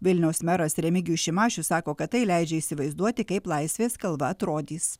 vilniaus meras remigijus šimašius sako kad tai leidžia įsivaizduoti kaip laisvės kalva atrodys